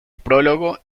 prólogo